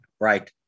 right